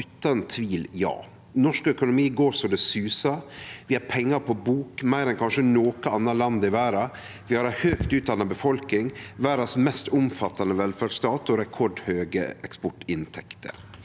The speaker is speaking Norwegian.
er svaret ja. Norsk økonomi går så det susar. Vi har «pengar på bok», meir enn kanskje noko anna land i verda. Vi har ei høgt utdanna befolkning, verdas mest omfattande velferdsstat og rekordhøge eksportinntekter.